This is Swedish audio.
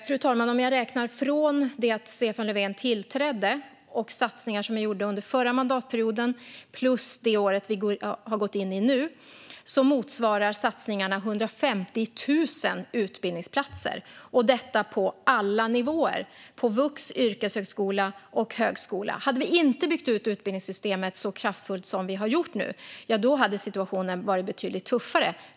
Fru talman, om jag räknar de satsningar som är gjorda från det att Stefan Löfven tillträdde, under förra mandatperioden och fram till det år som vi nu är inne på motsvarar satsningarna 150 000 utbildningsplatser, och detta på alla nivåer: komvux, yrkeshögskola och högskola. Hade vi inte byggt ut utbildningssystemet så kraftfullt som vi har gjort hade situationen varit betydligt tuffare.